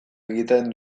egiten